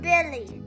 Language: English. Billy